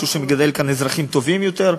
משהו שמגדל כאן אזרחים טובים יותר,